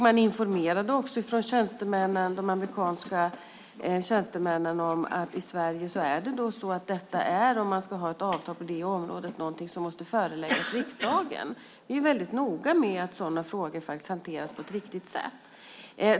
Man informerade från tjänstemännen de amerikanska tjänstemännen om att i Sverige är detta, om man ska ha avtal på området, någonting som måste föreläggas riksdagen. Vi är väldigt noga med att sådana frågor hanteras på ett riktigt sätt.